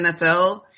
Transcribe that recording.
NFL